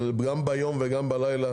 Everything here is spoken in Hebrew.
גם ביום וגם בלילה